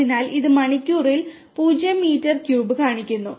അതിനാൽ ഇത് മണിക്കൂറിൽ 0 മീറ്റർ ക്യൂബ് കാണിക്കുന്നു